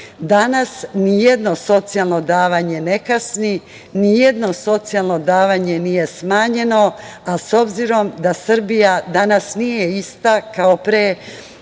nijedno socijalno davanje ne kasni, nijedno socijalno davanje nije smanjeno. Srbija danas nije ista kao pre